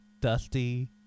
Dusty